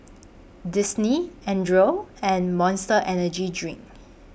Disney Andre and Monster Energy Drink